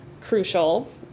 crucial